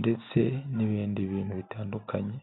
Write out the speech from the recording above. ndetse n'ibindi bintu bitandukanye.